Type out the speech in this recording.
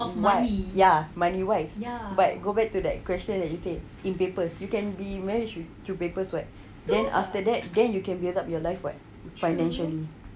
what ya money wise but go back to that question that you said in papers you can be managed with through papers [what] then after that then you can build up your life [what] financially